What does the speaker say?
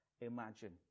imagine